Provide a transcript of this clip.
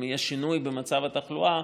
אם יהיה שינוי במצב התחלואה,